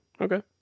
Okay